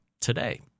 today